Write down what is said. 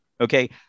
Okay